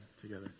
together